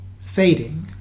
fading